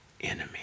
enemy